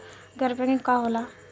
गैर बैंकिंग का होला?